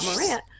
Morant